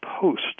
Post